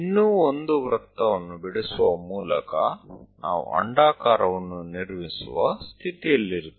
એક વધારે વર્તુળ દોરતા આપણે ઉપવલય રચવાની સ્થિતિમાં આવીશું